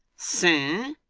sir,